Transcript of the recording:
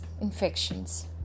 infections